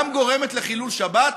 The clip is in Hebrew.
גם גורמת לחילול שבת,